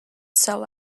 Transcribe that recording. sell